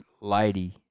lady